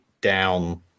down